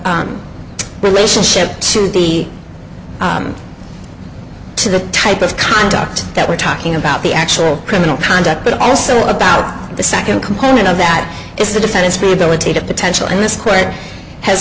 the relationship to the to the type of conduct that we're talking about the actual criminal conduct but also about the second component of that is the defendant's rehabilitative potential and this court has